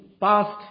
past